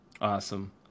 Awesome